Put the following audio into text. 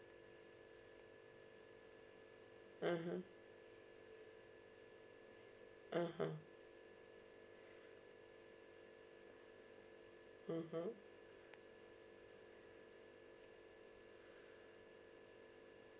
mmhmm mmhmm mmhmm